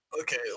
okay